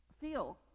feel